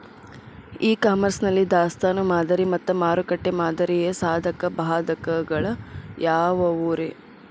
E commerce ನಲ್ಲಿ ದಾಸ್ತಾನು ಮಾದರಿ ಮತ್ತ ಮಾರುಕಟ್ಟೆ ಮಾದರಿಯ ಸಾಧಕ ಬಾಧಕಗಳ ಯಾವವುರೇ?